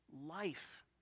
life